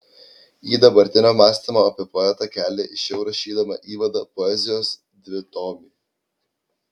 į dabartinio mąstymo apie poetą kelią išėjau rašydama įvadą poezijos dvitomiui